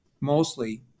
mostly